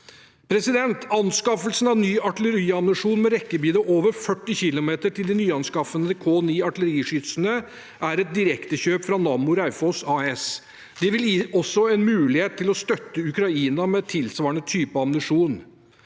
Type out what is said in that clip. mottiltak. Anskaffelsen av ny artilleriammunisjon med en rekkevidde over 40 km til de nyanskaffede K9-artilleriskytsene er et direktekjøp fra Nammo Raufoss AS. Det vil også gi en mulighet til å støtte Ukraina med tilsvarende type ammunisjon.